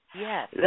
Yes